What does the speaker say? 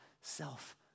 self